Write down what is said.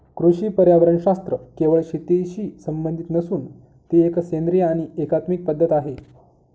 कृषी पर्यावरणशास्त्र केवळ शेतीशी संबंधित नसून ती एक सेंद्रिय आणि एकात्मिक पद्धत आहे